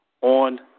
on